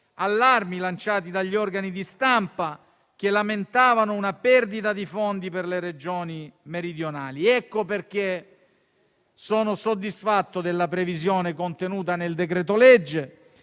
allarmi lanciati dagli organi di stampa che lamentavano una perdita di fondi per le Regioni meridionali. Ecco perché sono soddisfatto della previsione contenuta nel decreto-legge,